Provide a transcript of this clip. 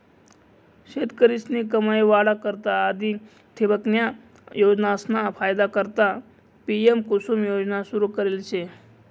शेतकरीस्नी कमाई वाढा करता आधी ठिबकन्या योजनासना फायदा करता पी.एम.कुसुम योजना सुरू करेल शे